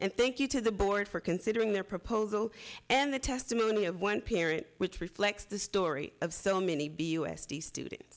and thank you to the board for considering their proposal and the testimony of one parent which reflects the story of so many b u s t student